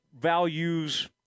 values